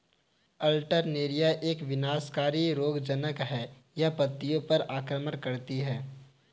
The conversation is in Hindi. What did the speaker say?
अल्टरनेरिया एक विनाशकारी रोगज़नक़ है, यह पत्तियों पर आक्रमण करती है